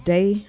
Day